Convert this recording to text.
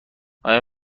آیا